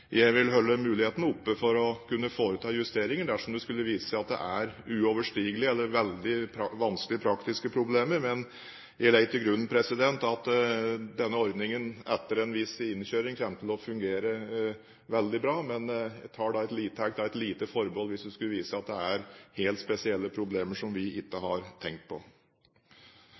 jeg vil holde muligheten åpen for å kunne foreta justeringer dersom det skulle vise seg at det er uoverstigelige eller veldig vanskelige praktiske problemer. Men jeg legger til grunn at denne ordningen etter en viss innkjøring kommer til å fungere veldig bra. Jeg tar et lite forbehold hvis det skulle vise seg at det er helt spesielle problemer som vi ikke har tenkt på.